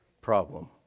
problem